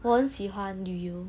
我很喜欢旅游